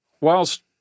whilst